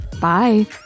Bye